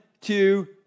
two